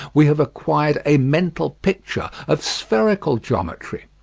we have acquired a mental picture of spherical geometry.